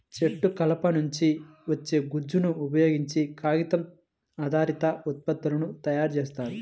చెట్టు కలప నుంచి వచ్చే గుజ్జును ఉపయోగించే కాగితం ఆధారిత ఉత్పత్తులను తయారు చేస్తారు